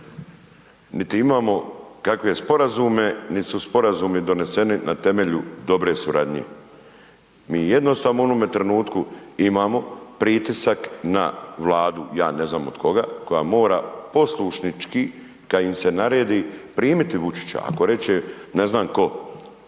Niti imamo kakve sporazume, nit su sporazumi doneseni na temelju dobre suradnje. Mi jednostavno u onom trenutku imamo pritisak na Vladu, ja ne znam od koga, koja mora poslušnički kad im se naredi, primiti Vučića, ako reče ne znam tko